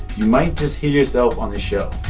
you might just hear yourself on this show.